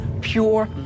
pure